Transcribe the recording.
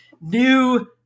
new